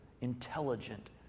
intelligent